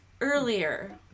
earlier